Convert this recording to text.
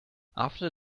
after